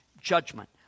judgment